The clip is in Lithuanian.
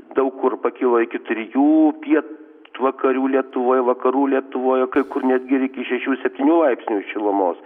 daug kur pakyla iki trijų pietvakarių lietuvoje vakarų lietuvoje kai kur netgi ir iki šešių septynių laipsnių šilumos